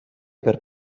per